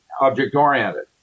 object-oriented